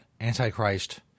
Antichrist